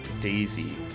Daisy